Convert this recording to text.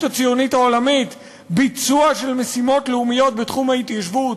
הציונית העולמית ביצוע של משימות לאומיות בתחום ההתיישבות,